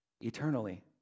eternally